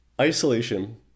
isolation